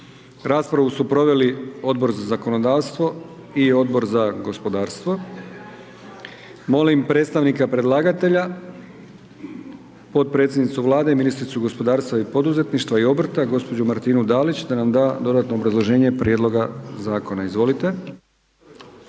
Raspravu su proveli Odbor za zakonodavstvo i Odbor za gospodarstvo. Molim predstavnika predlagatelja potpredsjednicu Vlade i ministricu gospodarstva i poduzetništva i obrta gospođu Martinu Dalić, da nam da dodatno obrazloženje prijedloga zakona. Izvolite.